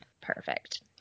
perfect